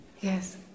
Yes